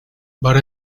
but